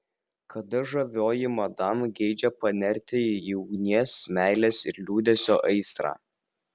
kada žavioji madam geidžia panerti į ugnies meilės ir liūdesio aistrą